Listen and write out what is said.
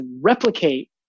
replicate